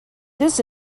this